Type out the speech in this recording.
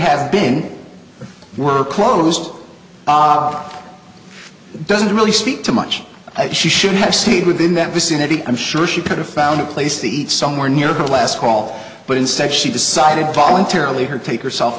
have been were closed op doesn't really speak to much i she should have stayed within that vicinity i'm sure she could have found a place to eat somewhere near her last call but instead she decided voluntarily her take herself